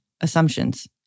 assumptions